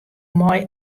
mei